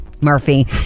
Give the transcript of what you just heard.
Murphy